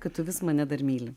kad tu vis mane dar myli